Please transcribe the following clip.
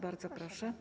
Bardzo proszę.